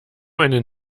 einen